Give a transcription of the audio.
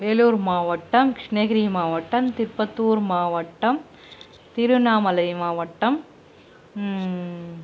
வேலூர் மாவட்டம் கிருஷ்ணகிரி மாவட்டம் திருப்பத்தூர் மாவட்டம் திருவண்ணாமலை மாவட்டம்